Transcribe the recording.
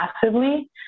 passively